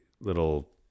little